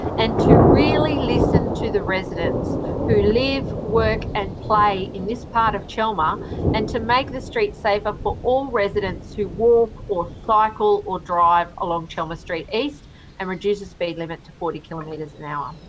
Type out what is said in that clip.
and to really listen to the residents who live, work and play in this part of chelmer and to make the street safer for all residents who walk or cycle or drive along chelmer street east and reduce the speed limit to forty kilometres an hour.